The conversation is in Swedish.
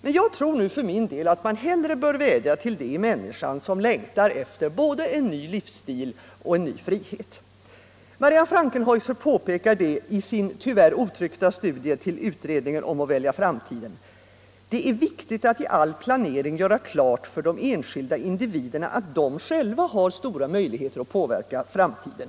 Men jag tror för min del att man hellre bör vädja till det i människan som längtar efter både en ny livsstil och en ny frihet. Marianne Frankenhaeuser påpekar i sin tyvärr otryckta studie till utredningen Att välja framtid: ”Det är viktigt att i all planering göra klart för de enskilda individerna att de själva har stora möjligheter att påverka framtiden.